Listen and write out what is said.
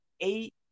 eight